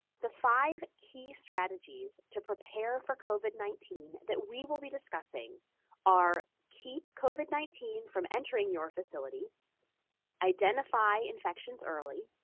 the five key strategies to prepare for covid nineteen that we will be discussing are keep covid nineteen from entering your facility identify infections early